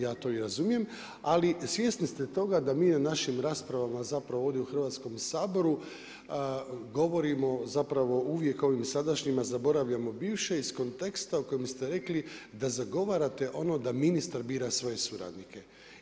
Ja to i razumijem, ali svjesni ste toga da mi na našim raspravama zapravo ovdje u Hrvatskom saboru, govorimo zapravo uvijek o ovim sadašnjima, zaboravljamo bivše iz konteksta u kojem ste rekli, da zagovarate ono da ministar bira svoje suradnike.